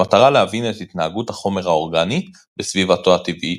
במטרה להבין את התנהגות החומר האורגני בסביבתו הטבעית,